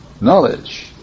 knowledge